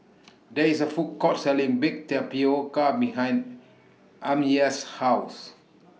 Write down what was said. There IS A Food Court Selling Baked Tapioca behind Amya's House